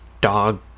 dog